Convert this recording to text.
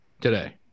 today